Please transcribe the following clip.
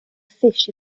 fish